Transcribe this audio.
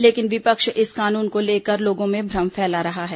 लेकिन विपक्ष इस कानून को लेकर लोगों में भ्रम फैला रहा है